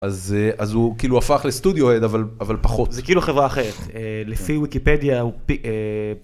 אז זה אז הוא כאילו הפך לסטודיו הד אבל אבל פחות זה כאילו חברה אחרת לפי ויקיפדיה...